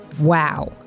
Wow